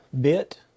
bit